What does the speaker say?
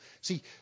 See